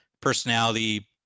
personality